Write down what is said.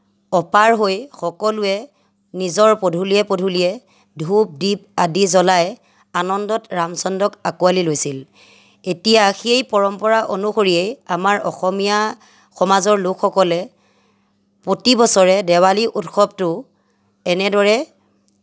অপাৰ হৈ সকলোৱে নিজৰ পদূলিয়ে পদূলিয়ে ধূপ দীপ আদি জ্বলাই আনন্দত ৰামচন্দ্ৰক আঁকোৱালি লৈছিল এতিয়া সেই পৰম্পৰা অনুসৰিয়েই আমাৰ অসমীয়া সমাজৰ লোকসকলে প্ৰতি বছৰে দেৱালী উৎসৱটো এনেদৰে